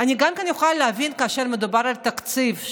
אני גם יכולה להבין כאשר מדובר על תקציב,